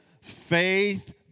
Faith